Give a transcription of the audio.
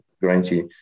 guarantee